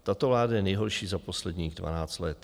Tato vláda je nejhorší za posledních dvanáct let.